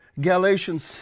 Galatians